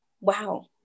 Wow